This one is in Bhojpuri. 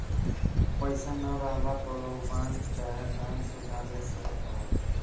पईसा ना रहला पअ लोगबाग चाहे बैंक से उधार ले सकत हवअ